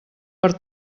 per